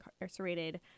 incarcerated